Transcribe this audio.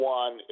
one